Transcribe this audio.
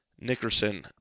Nickerson